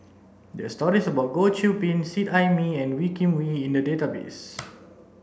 there are stories about Goh Qiu Bin Seet Ai Mee and Wee Kim Wee in the database